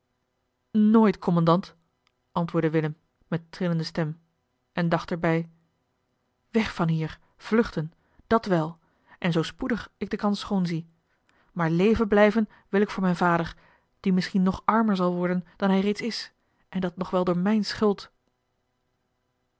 nooit kommandant antwoordde willem met trillende stem en dacht er bij weg van hier vluchten dat wel en zoo spoedig ik de kans schoon zie maar leven blijven wil ik voor mijn vader die misschien nog armer zal worden dan hij reeds is en dat nog wel door mijne schuld